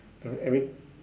know every